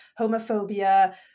homophobia